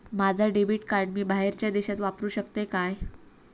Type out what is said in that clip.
माझा debit card मी बाहेरच्या देशात वापरू शकतय काय?